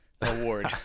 award